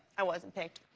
i wasn't picked.